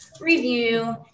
review